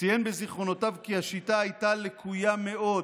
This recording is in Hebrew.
ציין בזיכרונותיו כי השיטה הייתה לקויה מאוד